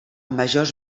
majors